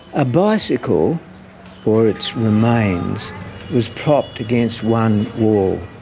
a bicycle or its remains was propped against one wall.